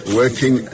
working